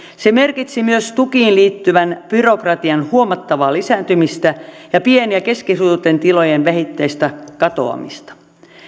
se merkitsi myös tukiin liittyvän byrokratian huomattavaa lisääntymistä ja pienien ja keskisuurten tilojen vähittäistä katoamista